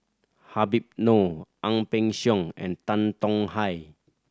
Habib Noh Ang Peng Siong and Tan Tong Hye